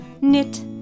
knit